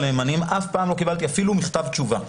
נאמנים ואף פעם לא קיבלתי אפילו מכתב תשובה.